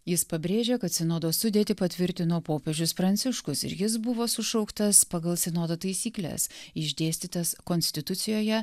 jis pabrėžė kad sinodo sudėtį patvirtino popiežius pranciškus ir jis buvo sušauktas pagal sinodo taisykles išdėstytas konstitucijoje